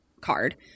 card